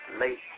late